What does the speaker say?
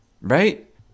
Right